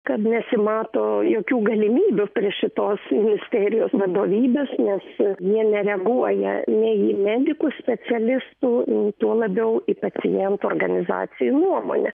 kad nesimato jokių galimybių prie šitos ministerijos vadovybės nes jie nereaguoja nei į medikų specialistų tuo labiau į pacientų organizacijų nuomonę